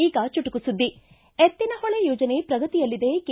ಈಗ ಚುಟುಕು ಸುದ್ದಿ ಎತ್ತಿನ ಹೊಳೆ ಯೋಜನೆ ಪ್ರಗತಿಯಲ್ಲಿದೆ ಕೆ